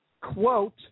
Quote